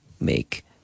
make